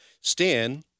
Stan